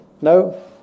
No